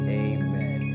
amen